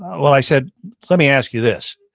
well, i said let me ask you this.